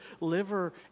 liver